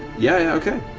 yeah, okay.